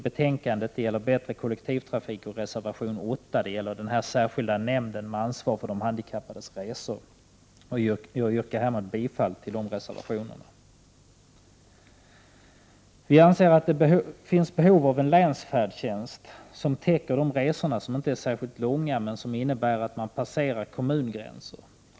en särskild nämnd med övergripande ansvar för handikappades resor. Jag yrkar härmed bifall till dessa reservationer. Vi anser att det finns behov av en länsfärdtjänst, som täcker de resor som inte är särskilt långa men som innebär att man passerar kommungränser.